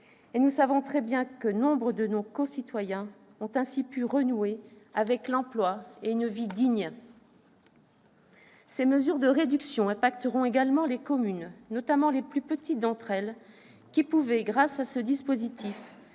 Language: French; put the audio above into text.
et nous savons très bien que nombre de nos concitoyens ont ainsi pu renouer avec l'emploi et avec une vie digne. Ces mesures de réduction auront également un impact sur les communes, notamment sur les plus petites d'entre elles, qui pouvaient, grâce à ce dispositif,